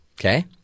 Okay